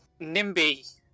Nimby